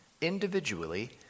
individually